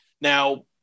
Now